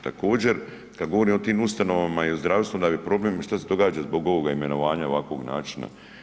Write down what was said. Također kad govorim o tim ustanovama i o zdravstvu onda je problem i što se događa zbog ovoga imenovanja i ovakvog načina.